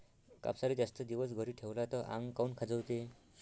कापसाले जास्त दिवस घरी ठेवला त आंग काऊन खाजवते?